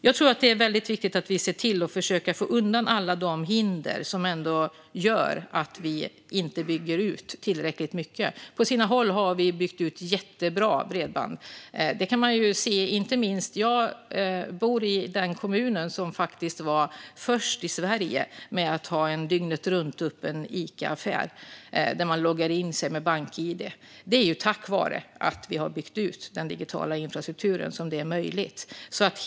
Jag tror att det är väldigt viktigt att se till att försöka få undan alla de hinder som gör att bredbandet inte byggs ut tillräckligt mycket. På sina håll har det byggts ut jättebra - det kan man inte minst se där jag bor, i den kommun som faktiskt var först i Sverige med en dygnetruntöppen Icaaffär där man loggar in med bank-id. Det är tack vare att den digitala infrastrukturen har byggts ut som det är möjligt.